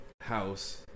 House